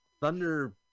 thunder